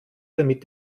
damit